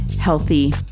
healthy